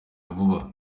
vuba